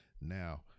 now